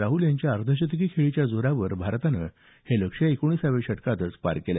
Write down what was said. राहुल यांच्या अर्धशतकी खेळीच्या जोरावर भारतानं हे लक्ष्य एकोणीसाव्या षटकांतच पार केलं